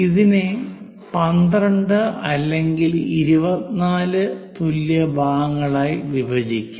ഇതിനെ 12 അല്ലെങ്കിൽ 24 തുല്യ ഭാഗങ്ങളായി വിഭജിക്കാം